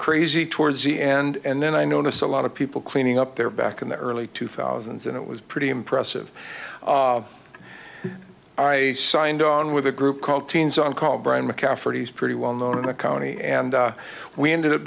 crazy towards the and then i notice a lot of people cleaning up there back in the early two thousand and it was pretty impressive i signed on with a group called teens on call brian mccafferty's pretty well known in the county and we ended up